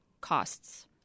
costs